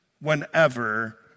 whenever